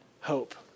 hope